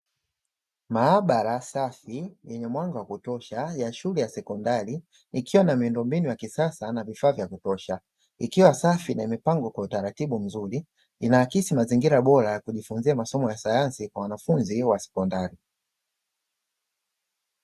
Maabara safi yenye mwanga wa kutosha ya shule ya sekondari, ikiwa na miundombinu ya kisasa na vifaa vya kutosha, ikiwa safi na mipango kwa utaratibu mzuri, inaakisi mazingira bora ya kujifunza masomo ya sayansi kwa wanafunzi wa sekondari.